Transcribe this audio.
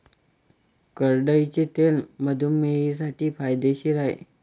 करडईचे तेल मधुमेहींसाठी फायदेशीर आहे